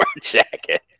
jacket